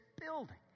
building